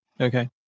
Okay